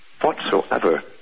whatsoever